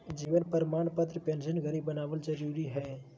जीवन प्रमाण पत्र पेंशन धरी के बनाबल जरुरी हइ